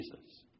Jesus